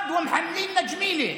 נתחיל עם מזרחי.